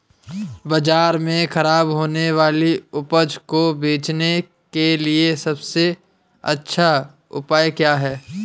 बाजार में खराब होने वाली उपज को बेचने के लिए सबसे अच्छा उपाय क्या हैं?